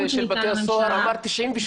השירות שניתן לממשלה --- בדיונים על